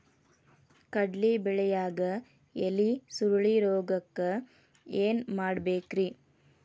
ಕಡ್ಲಿ ಬೆಳಿಯಾಗ ಎಲಿ ಸುರುಳಿರೋಗಕ್ಕ ಏನ್ ಮಾಡಬೇಕ್ರಿ?